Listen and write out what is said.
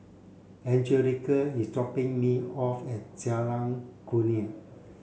Angelica is dropping me off at Jalan Kurnia